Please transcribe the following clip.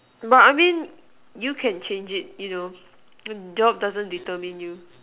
but I mean you can change it you know my job doesn't determine you